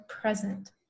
present